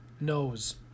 knows